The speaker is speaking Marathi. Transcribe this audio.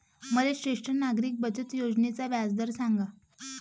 मले ज्येष्ठ नागरिक बचत योजनेचा व्याजदर सांगा